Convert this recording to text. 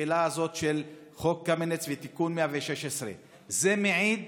השאלה הזאת של חוק קמיניץ ותיקון 116. זה מעיד